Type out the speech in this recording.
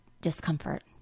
discomfort